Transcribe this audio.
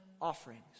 Offerings